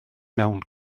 mewn